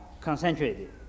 concentrated